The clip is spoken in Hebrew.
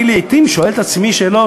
לעתים אני שואל את עצמי שאלות,